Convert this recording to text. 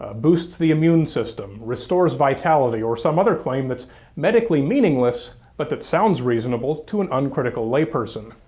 ah boosts the immune system, restores vitality or some other claim that's medically meaningless but that sounds reasonable to an uncritical layperson.